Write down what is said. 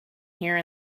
here